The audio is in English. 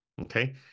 Okay